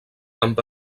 amb